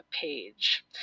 page